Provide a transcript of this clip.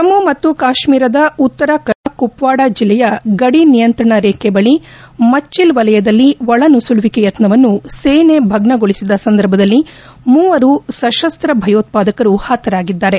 ಜಮ್ನು ಮತ್ತು ಕಾಶ್ನೀರದ ಉತ್ತರ ಕಾಶ್ನೀರ್ ಗಡಿಯ ಕುಪ್ನಾಡ ಜಿಲ್ಲೆಯ ಗಡಿ ನಿಯಂತ್ರಣ ರೇಖೆ ಬಳಿ ಮಟ್ಟಲ್ ವಲಯದಲ್ಲಿ ಒಳನುಸುಳುವಿಕೆ ಯತ್ನವನ್ನು ಸೇನೆ ಭಗ್ನಗೊಳಿಸಿದ ಸಂದರ್ಭದಲ್ಲಿ ಮೂವರು ಸಶಸ್ತ ಭಯೋತ್ವಾದಕರು ಹತ್ತರಾಗಿದ್ದಾರೆ